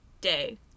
day